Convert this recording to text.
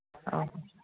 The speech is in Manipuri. ꯑꯧ